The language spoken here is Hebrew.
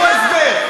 תביאו עכשיו.